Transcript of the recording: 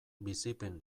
bizipen